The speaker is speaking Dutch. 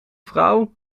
vrouw